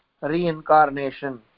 reincarnation